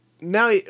now